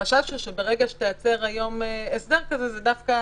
החשש הוא שברגע שתייצר היום הסדר כזה זה דווקא